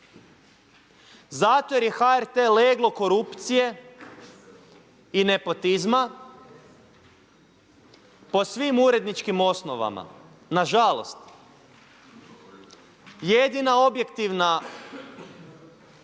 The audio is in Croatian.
Zato jer je HRT leglo korupcije i nepotizma po svim uredničkim osnovama, nažalost. Jedina objektivna, odnosno